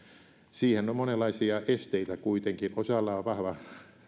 siihen on monenlaisia esteitä kuitenkin osalla on vahva